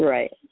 Right